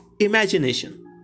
imagination